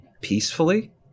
peacefully